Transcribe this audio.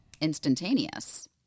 instantaneous